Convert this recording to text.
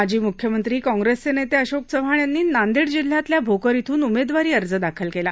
माजी मुख्यमंत्री काँग्रेसचे नेते अशोक चव्हाण यांनी नांदेड जिल्ह्यातल्या भोकर इथून उमेदवारी अर्ज दाखल केला